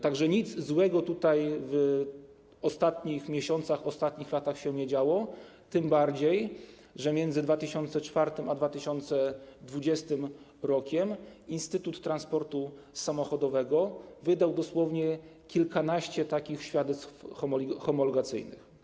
Tak że nic złego tutaj w ostatnich miesiącach, ostatnich latach się nie działo, tym bardziej że między 2004 r. a 2020 r. Instytut Transportu Samochodowego wydał dosłownie kilkanaście takich świadectw homologacyjnych.